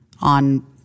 on